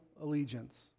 allegiance